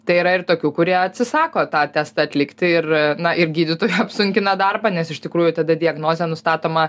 tai yra ir tokių kurie atsisako tą testą atlikti ir na ir gydytojui apsunkina darbą nes iš tikrųjų tada diagnozė nustatoma